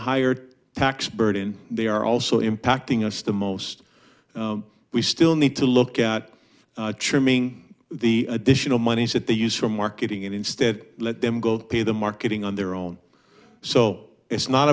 higher tax burden they are also impacting us the most we still need to look at trimming the additional monies that they use for marketing it instead let them go through the marketing on their own so it's not